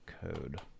code